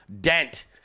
dent